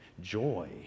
joy